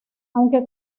aunque